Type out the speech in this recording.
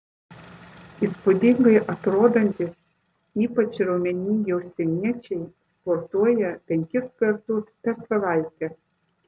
įspūdingai atrodantys ypač raumeningi užsieniečiai sportuoja penkis kartus per savaitę